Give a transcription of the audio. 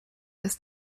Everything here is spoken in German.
ist